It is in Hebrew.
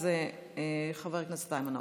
אז חבר הכנסת איימן עודה.